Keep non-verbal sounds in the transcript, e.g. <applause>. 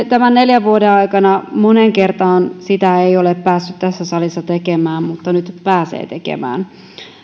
<unintelligible> tämän neljän vuoden aikana moneen kertaan sitä ei ole päässyt tässä salissa tekemään mutta nyt pääsee tekemään